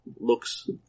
looks